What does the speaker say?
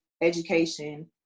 education